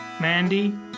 Mandy